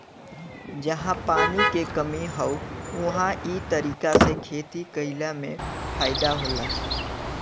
जहां पानी के कमी हौ उहां इ तरीका से खेती कइला में फायदा होला